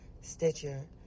Stitcher